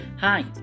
hi